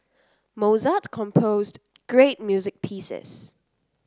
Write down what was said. Mozart composed great music pieces